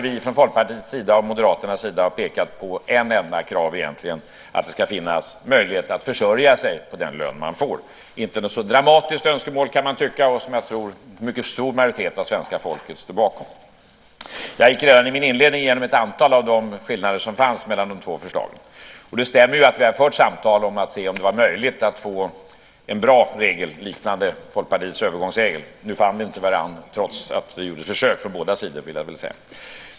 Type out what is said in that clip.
Vi från Folkpartiets och Moderaternas sida har pekat på ett enda krav - att det ska finnas en möjlighet att försörja sig på den lön man får. Det är inget dramatiskt önskemål, kan man tycka, utan ett som jag tror att en mycket stor majoritet av svenska folket står bakom. I min inledning gick jag igenom ett antal av de skillnader som finns mellan förslagen. Det stämmer att vi har fört samtal för att se om det var möjligt att få en bra regel, liknande Folkpartiets övergångsregel. Nu fann vi inte varann, trots att vi gjorde försök från båda sidor, vill jag gärna säga.